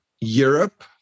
Europe